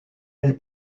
elle